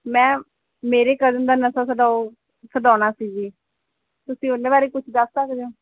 ਮੈਂ ਮੇਰੇ ਕਜ਼ਨ ਦਾ ਨਸ਼ਾ ਛੁਡਾਓ ਛੁਡਾਉਣਾ ਸੀ ਜੀ ਤੁਸੀਂ ਉਹਦੇ ਬਾਰੇ ਕੁਛ ਦੱਸ ਸਕਦੇ ਹੋ